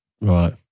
right